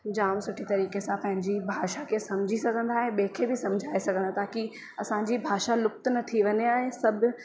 जाम सुठी तरीक़े सां पंहिंजी भाषा खे सम्झी सघंदा ऐं ॿिए खे बि सम्झाए सघंदा था की असांजी भाषा लुप्त न थी वञे ऐं सभु